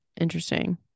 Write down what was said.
Interesting